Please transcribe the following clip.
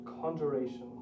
conjuration